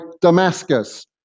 Damascus